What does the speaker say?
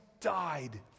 died